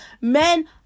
Men